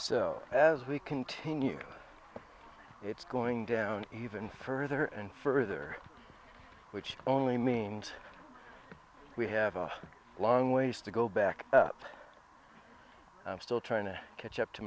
out as we continue it's going down even further and further which only means we have a long ways to go back up i'm still trying to catch up to